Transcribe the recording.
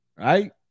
Right